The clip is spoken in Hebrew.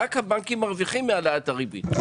רק הבנקים מרוויחים מהעלאת הריבית.